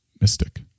mystic